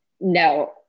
No